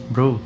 Bro